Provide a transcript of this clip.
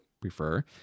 prefer